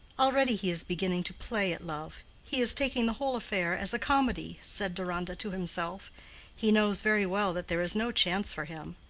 already he is beginning to play at love he is taking the whole affair as a comedy, said deronda to himself he knows very well that there is no chance for him.